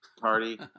party